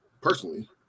personally